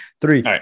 Three